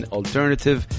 alternative